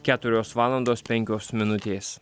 keturios valandos penkios minutės